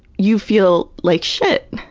you feel like shit,